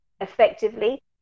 effectively